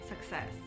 success